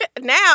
Now